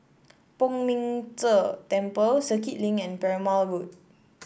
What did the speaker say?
Poh Ming Tse Temple Circuit Link and Perumal Road